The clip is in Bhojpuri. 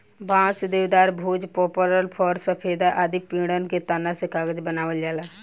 बांस, देवदार, भोज, पपलर, फ़र, सफेदा आदि पेड़न के तना से कागज बनावल जाला